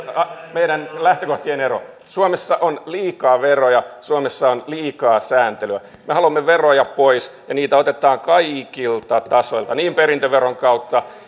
meidän lähtökohtiemme ero suomessa on liikaa veroja suomessa on liikaa sääntelyä me haluamme veroja pois ja niitä otetaan kaikilta tasoilta niin perintöveron kautta